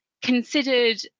Considered